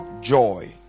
joy